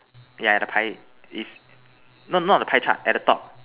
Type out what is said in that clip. yeah the pie is no not the pie chart at the top